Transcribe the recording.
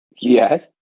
yes